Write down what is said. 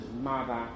mother